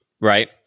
right